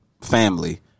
family